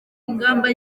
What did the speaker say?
ingamba